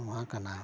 ᱱᱚᱶᱟ ᱠᱟᱱᱟ